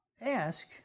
ask